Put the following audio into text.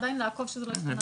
עדיין לעקוב שזה לא --- לרעה.